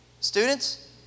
Students